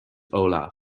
olav